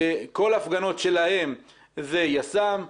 כל ההפגנות שלהם זה יס"מ,